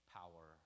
power